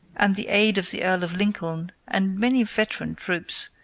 and the aid of the earl of lincoln and many veteran troops,